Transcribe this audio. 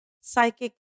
psychic